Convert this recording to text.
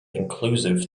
inclusive